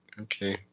okay